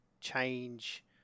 change